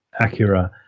Acura